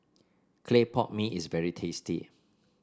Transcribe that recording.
Clay Pot Mee is very tasty